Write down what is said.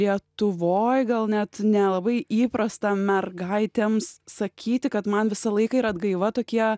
lietuvoj gal net nelabai įprasta mergaitėms sakyti kad man visą laiką yra atgaiva tokie